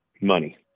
money